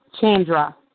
Chandra